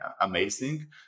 amazing